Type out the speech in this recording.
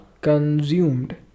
consumed